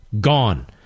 gone